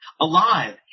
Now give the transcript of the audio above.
Alive